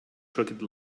crooked